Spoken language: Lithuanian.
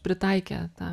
pritaikė tą